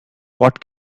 what